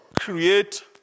create